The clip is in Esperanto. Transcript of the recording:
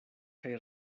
kaj